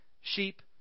sheep